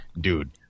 Dude